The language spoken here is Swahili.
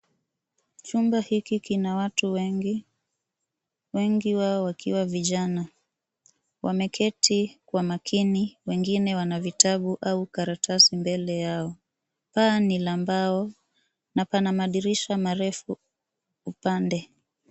Chumba hiki kina watu wengi, wengi wao wakiwa vijana. Wameketi kwa makini wengine wana vitabu au karatasi mbele yao. Paa ni la mbao na pana madirisha marefu upande.